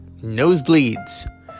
Nosebleeds